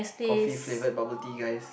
coffee flavoured bubble tea guys